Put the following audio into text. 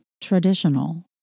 traditional